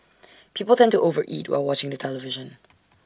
people tend to over eat while watching the television